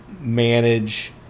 manage